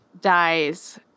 dies